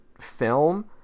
film